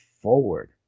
forward